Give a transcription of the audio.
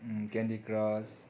candy crush